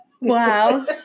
Wow